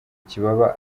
ikibaba